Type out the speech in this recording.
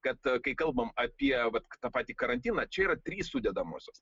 kad kai kalbam apie vat ta pati karantiną čia yra trys sudedamosios